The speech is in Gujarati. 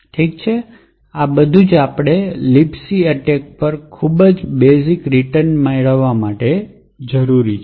ઠીક છે આ બધું જ આપણને libc એટેક પર ખૂબ જ બેઝિક રીટર્ન માટે જોઈએ છે